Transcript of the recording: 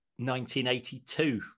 1982